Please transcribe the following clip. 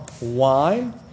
wine